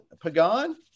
Pagan